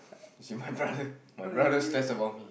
see my brother my brother stress about me